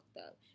up